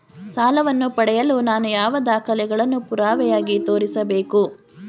ಸಾಲವನ್ನು ಪಡೆಯಲು ನಾನು ಯಾವ ದಾಖಲೆಗಳನ್ನು ಪುರಾವೆಯಾಗಿ ತೋರಿಸಬೇಕು?